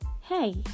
hey